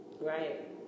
Right